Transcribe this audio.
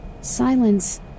Silence